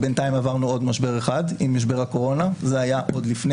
בינתיים עברנו עוד משבר אחד עם משבר הקורונה היה